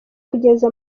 kugeza